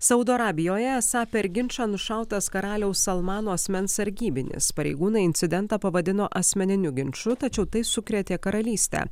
saudo arabijoje esą per ginčą nušautas karaliaus salmano asmens sargybinis pareigūnai incidentą pavadino asmeniniu ginču tačiau tai sukrėtė karalystę